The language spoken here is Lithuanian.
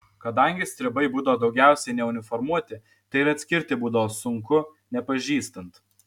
kadangi stribai būdavo daugiausiai neuniformuoti tai ir atskirti būdavo sunku nepažįstant